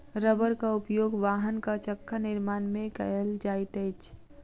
रबड़क उपयोग वाहनक चक्का निर्माण में कयल जाइत अछि